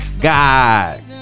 God